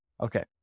okay